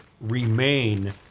remain